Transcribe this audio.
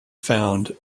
found